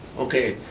okay.